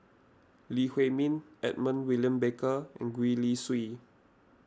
Lee Huei Min Edmund William Barker and Gwee Li Sui